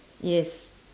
yes